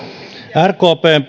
rkpn